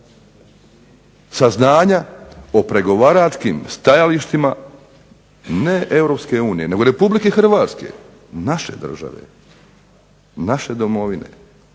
saznanja o pregovaračkim stajalištima ne Europske unije nego Republike Hrvatske, naše države, naše domovine.